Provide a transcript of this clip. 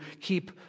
keep